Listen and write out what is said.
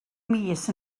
mis